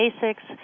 Basics